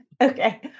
Okay